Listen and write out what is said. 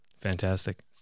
Fantastic